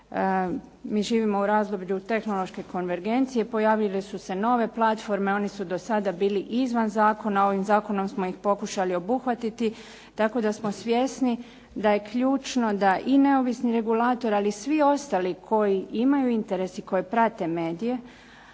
MI živimo u razdoblju tehnološke konvergencije, pojavile su se nove platforme, oni su do sada bili izvan Zakona, ovim Zakonom smo ih pokušali obuhvatiti tako da smo svjesni da je ključno da neovisni regulator ali svi ostali koji imaju interes i koji prate medije